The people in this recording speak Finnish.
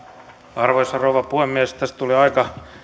arvoisa rouva puhemies tässä tuli aika